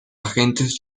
agentes